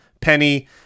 Penny